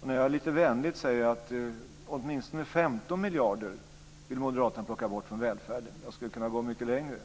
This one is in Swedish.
Jag säger lite vänligt att moderaterna vill plocka bort åtminstone 15 miljarder från välfärden. Jag skulle kunna gå mycket längre